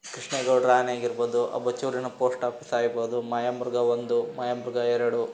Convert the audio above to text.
ಕೃಷ್ಣೇ ಗೌಡ್ರ ಆನೆಯಾಗಿರ್ಬೋದು ಅಬಚೂರಿನ ಪೋಸ್ಟ್ ಆಪೀಸ್ ಆಗಿರ್ಬೋದು ಮಾಯಾಮೃಗ ಒಂದು ಮಾಯಾಮೃಗ ಎರಡು